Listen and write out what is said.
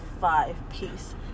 five-piece